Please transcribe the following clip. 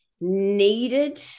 needed